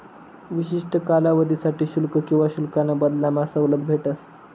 विशिष्ठ कालावधीसाठे शुल्क किवा शुल्काना बदलामा सवलत भेटस